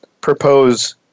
propose –